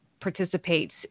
participates